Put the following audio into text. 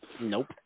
Nope